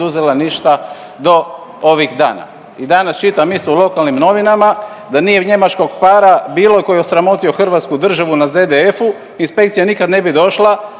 nije poduzela ništa do ovih dana i danas čitam isto u lokalnim novinama da nije njemačkog para bilo koji je osramotio hrvatsku državu na ZDF-u inspekcija nikad ne bi došla